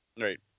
Right